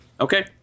okay